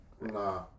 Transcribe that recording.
Nah